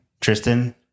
Tristan